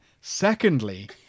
Secondly